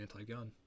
anti-gun